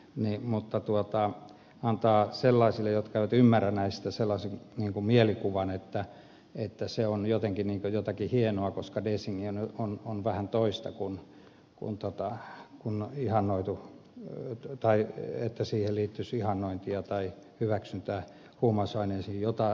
ne mutta tuota antaa sellaisille jotka eivät ymmärrä näistä sellaisen mielikuvan että se on jotenkin jotakin hienoa koska design on vähän toista tai että siihen liittyisi ihannointia tai hyväksyntää huumausaineita kohtaan mitä ed